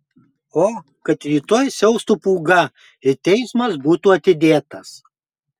o kad rytoj siaustų pūga ir teismas būtų atidėtas